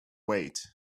wait